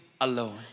alone